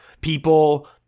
people